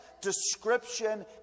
description